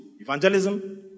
Evangelism